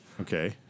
Okay